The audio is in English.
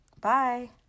Bye